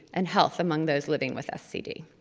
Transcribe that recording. and health among those living with scd.